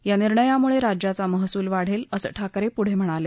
या निर्णयामुळे राज्याचा महसूल वाढेल असं ठाकरे पुढे म्हणाले